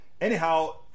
Anyhow